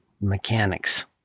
mechanics